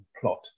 plot